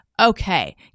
Okay